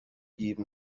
even